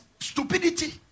stupidity